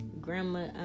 grandma